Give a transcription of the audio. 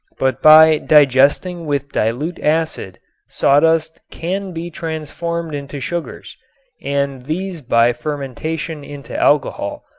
but by digesting with dilute acid sawdust can be transformed into sugars and these by fermentation into alcohol,